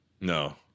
No